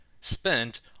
spent